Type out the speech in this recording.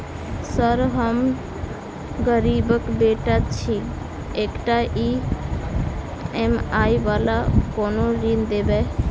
Sir हम गरीबक बेटा छी एकटा ई.एम.आई वला कोनो ऋण देबै?